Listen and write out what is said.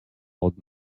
old